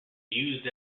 used